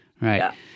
Right